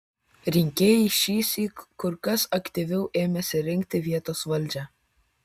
rinkėjai šįsyk kur kas aktyviau ėmėsi rinkti vietos valdžią